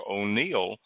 O'Neill